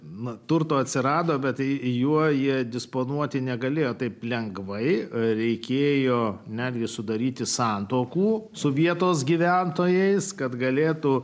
na turto atsirado bet tai juo jie disponuoti negalėjo taip lengvai reikėjo netgi sudaryti santuokų su vietos gyventojais kad galėtų